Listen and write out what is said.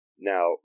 Now